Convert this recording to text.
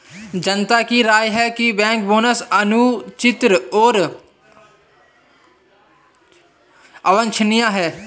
जनता की राय है कि बैंक बोनस अनुचित और अवांछनीय है